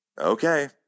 okay